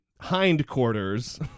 hindquarters